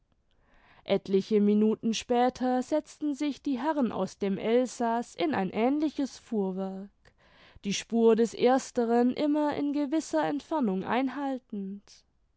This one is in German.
etliche minuten später setzten sich die herren aus dem elsaß in ein ähnliches fuhrwerk die spur des ersteren immer in gewisser entfernung einhaltend